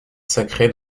sacré